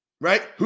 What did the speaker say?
Right